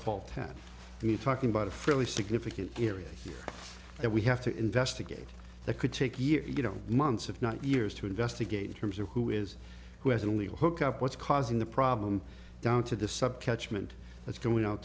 fault that you talking about a fairly significant area that we have to investigate that could take years you know months if not years to investigate terms of who is who has only hook up what's causing the problem down to the sub catchment that's going out